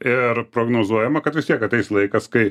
ir prognozuojama kad vis tiek ateis laikas kai